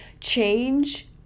change